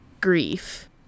grief